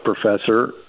professor